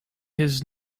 his